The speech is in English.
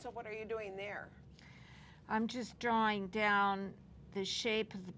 so what are you doing there i'm just drawing down the shape of the